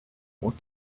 was